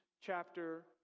chapter